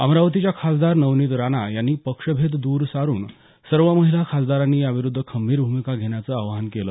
अमरावतीच्या खासदार नवनीत राणा यांनी पक्षभेद दूर सारून सर्व महिला खासदारांनी याविरुद्ध खंबीर भूमिका घेण्याचं आवाहन केलं